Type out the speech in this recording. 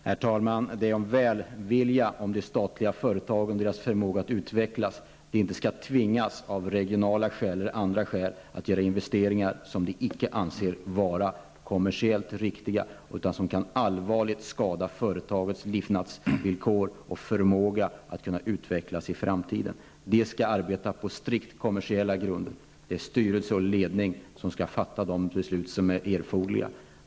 Herr talman! Det är i en välvilja mot de statliga företagen och deras förmåga att utvecklas som jag anser att de inte av regionala eller andra skäl skall tvingas att göra investeringar som de icke anser vara kommersiellt riktiga utan som kan allvarligt skada levnadsvillkor och förmåga att utvecklas i framtiden. De skall arbeta på strikt kommersiella grunder. Det är styrelse och ledning som skall fatta de beslut som är erforderliga.